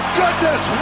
goodness